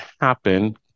happen